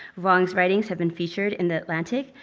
vuong's writings have been featured in the atlantic,